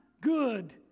good